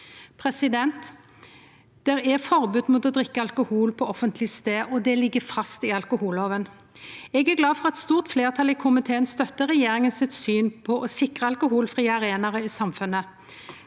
tredjepersonar. Det er forbod mot å drikke alkohol på offentleg stad, og det ligg fast i alkoholloven. Eg er glad for at eit stort fleirtal i komiteen støttar regjeringa sitt syn på å sikre alkoholfrie arenaer i samfunnet,